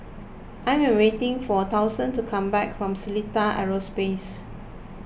I am waiting for Dustan to come back from Seletar Aerospace